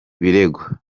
birego